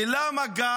ולמה גם?